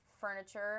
furniture